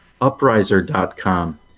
upriser.com